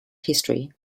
history